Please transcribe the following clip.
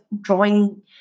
drawing